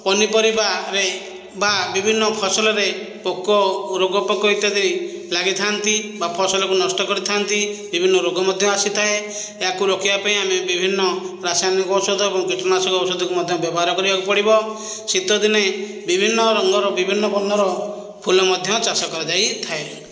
ପନିପରିବାରେ ବା ବିଭିନ୍ନ ଫସଲରେ ପୋକ ରୋଗ ପୋକ ଇତ୍ୟାଦି ଲାଗିଥାନ୍ତି ବା ଫସଲକୁ ନଷ୍ଟ କରିଥାନ୍ତି ବିଭିନ୍ନ ରୋଗ ମଧ୍ୟ ଆସିଥାଏ ଏହାକୁ ରୋକିବା ପାଇଁ ଆମେ ବିଭିନ୍ନ ରାସାୟନିକ ଔଷଧ ଏବଂ କୀଟନାଶକ ଔଷଧକୁ ମଧ୍ୟ ବ୍ୟବହାର କରିବାକୁ ପଡ଼ିବ ଶୀତଦିନେ ବିଭିନ୍ନ ରଙ୍ଗର ବିଭିନ୍ନ ବର୍ଣ୍ଣର ଫୁଲ ମଧ୍ୟ ଚାଷ କରାଯାଇଥାଏ